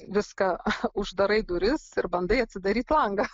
viską uždarai duris ir bandai atsidaryt langą